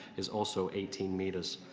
is also eighteen metres.